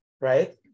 right